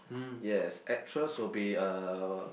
yes actress will be uh